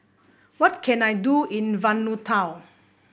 what can I do in Vanuatu